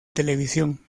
televisión